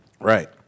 Right